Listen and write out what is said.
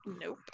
Nope